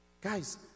Guys